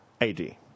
AD